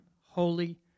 holy